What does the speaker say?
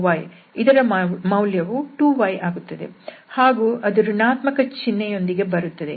F1∂y ಇದರ ಮೌಲ್ಯವು 2y ಆಗುತ್ತದೆ ಹಾಗೂ ಅದು ಋಣಾತ್ಮಕ ಚಿನ್ಹೆಯೊಂದಿಗೆ ಬರುತ್ತದೆ